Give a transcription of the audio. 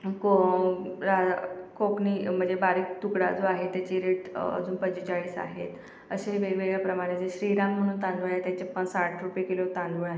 को कोकणी म्हणजे बारीक तुकडा जो आहे त्याचे रेट अजून पंचेचाळीस आहेत असे वेगवेगळ्याप्रमाणे म्हणजे श्रीराम म्हणून तांदूळ आहे त्याचेपण साठ रुपये किलो तांदूळ आहे